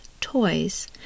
Toys